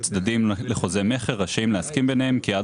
צדדים לחוזה מכר רשאים להסכים ביניהם כי עד